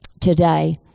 today